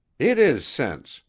it is sense,